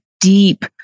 deep